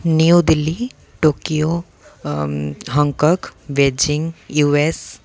New Delhi Tokyo Hong Kong Beijing U S